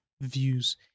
views